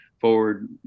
forward